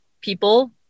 people